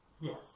Yes